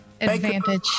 advantage